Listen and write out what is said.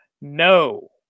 No